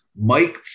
Mike